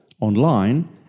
online